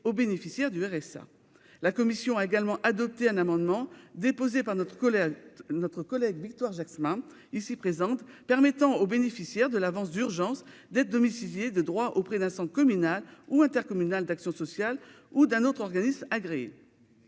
aux bénéficiaires du RSA. La commission a également adopté un amendement, déposé par notre collègue Victoire Jasmin, visant à permettre aux bénéficiaires de l'avance d'urgence d'être domiciliés de droit auprès d'un centre communal ou intercommunal d'action sociale ou d'un autre organisme agréé.